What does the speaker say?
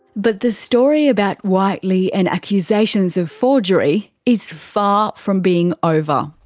but the story about whiteley and accusations of forgery. is far from being over.